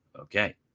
Okay